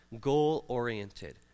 goal-oriented